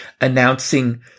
announcing